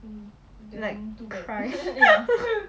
like to cry